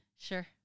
Sure